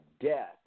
death